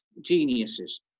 geniuses